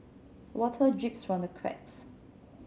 water drips from the cracks